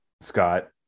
Scott